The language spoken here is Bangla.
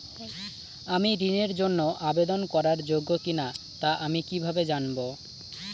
আমি ঋণের জন্য আবেদন করার যোগ্য কিনা তা আমি কীভাবে জানব?